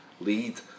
lead